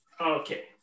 okay